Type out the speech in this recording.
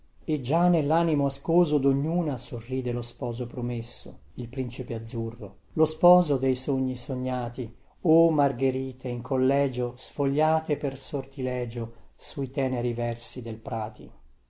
e già nellanimo ascoso dognuna sorride lo sposo promesso il principe azzurro lo sposo dei sogni sognati o margherite in collegio sfogliate per sortilegio sui teneri versi del prati